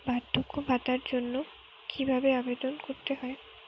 বার্ধক্য ভাতার জন্য কিভাবে আবেদন করতে হয়?